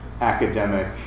Academic